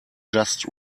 just